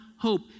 Hope